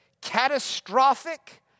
catastrophic